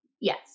Yes